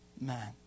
man